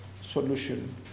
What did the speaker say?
solution